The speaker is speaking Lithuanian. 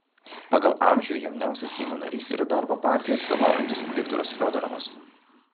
pagal amžių jauniausias seimo narys yra darbo partijai atstovaujantis viktoras fiodorovas